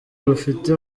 rufite